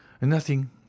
Nothing